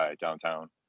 downtown